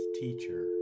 teacher